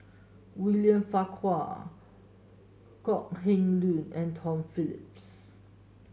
William Farquhar Kok Heng Leun and Tom Phillips